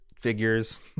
figures